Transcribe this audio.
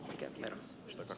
kempler kertoi